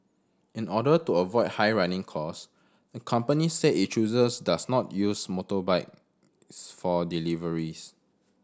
in order to avoid high running cost the company said it chooses does not use motorbikes for deliveries